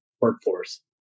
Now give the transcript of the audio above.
workforce